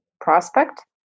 prospect